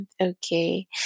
okay